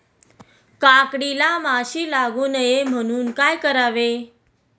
काकडीला माशी लागू नये म्हणून काय करावे?